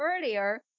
earlier